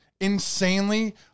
insanely